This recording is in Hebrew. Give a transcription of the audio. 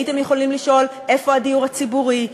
הייתם יכולים לשאול איפה הדיור הציבורי,